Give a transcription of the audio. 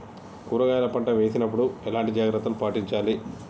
కూరగాయల పంట వేసినప్పుడు ఎలాంటి జాగ్రత్తలు పాటించాలి?